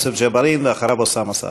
אחריו, יוסף ג'בארין, ואחריו, אוסאמה סעדי.